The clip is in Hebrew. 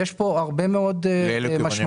יש כאן הרבה מאוד משמעויות,